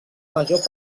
major